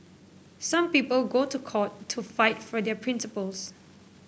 some people go to court to fight for their principles